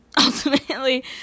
ultimately